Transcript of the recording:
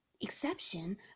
exception